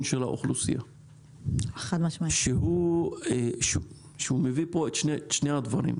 של האוכלוסייה שהוא מביא פה את שני הדברים,